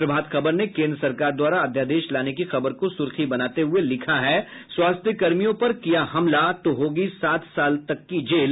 प्रभात खबर ने केन्द्र सरकार द्वारा अध्यादेश लाने की खबर को सुर्खी बनाते हुए लिखा है स्वास्थ्यकर्मियों पर किया हमला तो होगी सात साल तक की जेल